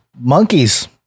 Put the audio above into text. monkeys